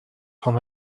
van